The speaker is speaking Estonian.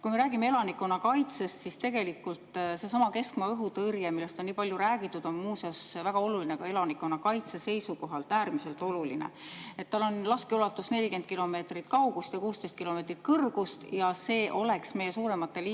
Kui me räägime elanikkonnakaitsest, siis tegelikult seesama keskmaa õhutõrje, millest on palju räägitud, on muuseas väga oluline ka elanikkonnakaitse seisukohalt, äärmiselt oluline. Tema laskeulatus on 40 kilomeetrit kaugust ja 16 kilomeetrit kõrgust. See oleks meie suuremate linnade